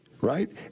Right